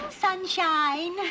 sunshine